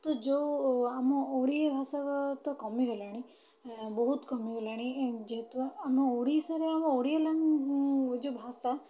ତ ଯୋଉ ଆମ ଓଡ଼ିଆ ଭାଷା ତ କମିଗଲାଣି ବହୁତ କମିଗଲାଣି ଯେହେତୁ ଆମ ଓଡ଼ିଶାର ଆମ ଓଡ଼ିଆ ଲାଙ୍ଗୁଏଜ୍ ଭାଷା